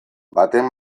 baten